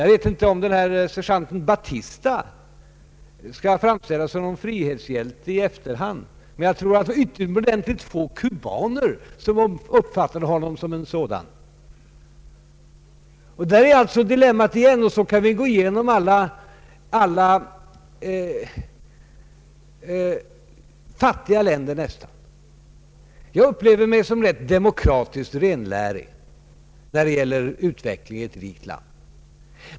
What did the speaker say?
Jag vet inte om sergeanten Batista skall framställas som någon frihetshjälte i efterhand, men jag tror att ytterligt få cubaner uppfattar honom som en sådan. Där har vi alltså dilemmat igen, och vi kan gå igenom nästan alla fattiga länder. Jag upplever mig själv som rätt demokratiskt renlärig när det gäller utvecklingen i ett rikt land.